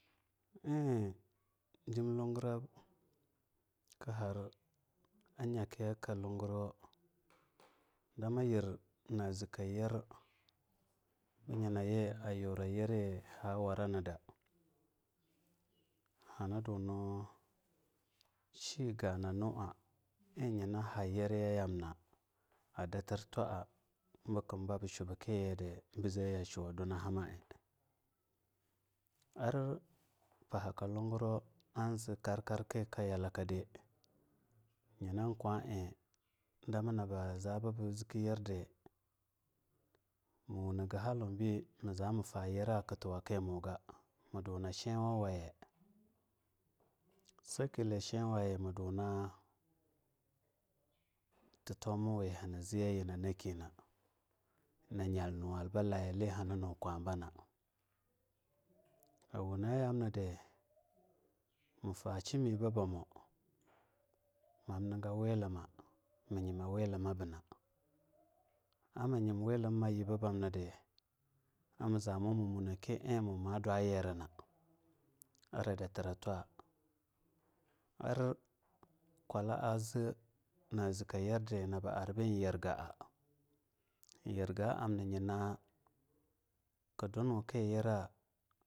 Iee jim lugurab kaha nya kika a luguro-dema yir na zeka nyer bi yina yi a yura nyerinyi ha waranada, haniduna shi ganunua iee nyina ha a nyiriyamna ieea datir twaa bukumbu babu shu biki yidi bi zee yashuwa dunaha ma'a ar pahaka lugurai an zee karkar naka yalakadai, yina kwa ie dama naba zububu ziki yirdi, ma wunaga ma za yerna hallaw naku tu kimuga ma duna shiwa waye a sakiya shiwayi maduna tatomawi hani ziye yina nakina, na nyal nuwal-blayi li haninu kwabana, awuna yamnidi mufa shimibiba mwomu nyima wuluwa buna ama jim wuluwa yiba bamnidi ar ma munaki iee ma dwayiri na ara datara twa, ar kwalaa zea a zika yir di nab arbi yirgaa yerga amna nyina--- ku dunki nyira.